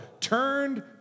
turned